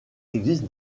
existe